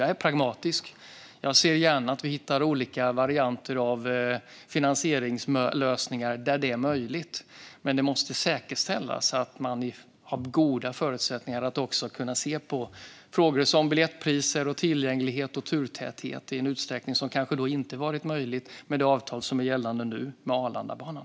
Jag är pragmatisk och ser gärna att vi hittar olika varianter av finansieringslösningar där detta är möjligt, men det måste säkerställas att man har goda förutsättningar att också se på frågor som biljettpriser, tillgänglighet och turtäthet i en utsträckning som kanske inte varit möjlig med det avtal som är gällande nu med Arlandabanan.